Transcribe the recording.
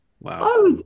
Wow